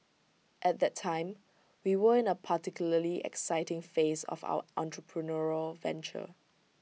at that time we were in A particularly exciting phase of our entrepreneurial venture